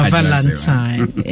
Valentine